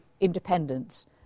independence